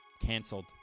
canceled